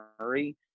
Murray